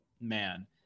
man